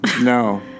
No